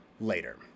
later